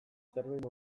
zerbait